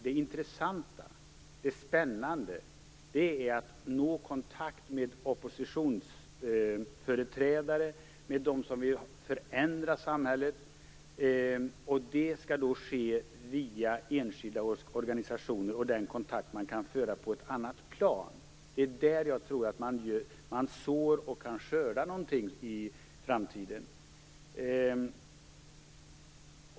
Det som är spännande är att nå kontakt med oppositionsföreträdare, med dem som vill förändra samhället. Det skall ske via enskilda organisationer och den kontakt man kan föra på ett annat plan. Det är där man kan så och skörda något i framtiden.